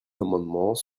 amendements